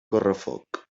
correfoc